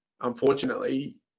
unfortunately